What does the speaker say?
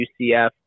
UCF